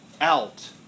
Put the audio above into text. out